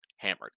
Hammered